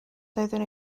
doeddwn